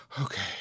okay